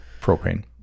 propane